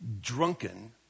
drunken